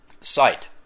site